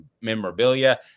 memorabilia